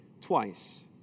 twice